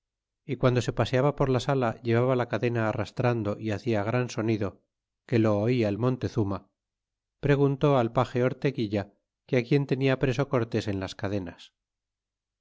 y guando se paseaba por la sala llevaba la cadena arrastrando y hacia gran sonido que lo oia el montezuma preguntó al page orteguilla que quién tenia preso cortés en las cadenas